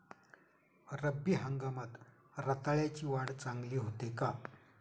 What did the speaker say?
रब्बी हंगामात रताळ्याची वाढ चांगली होते का?